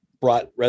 brought